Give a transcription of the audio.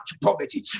poverty